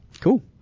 Cool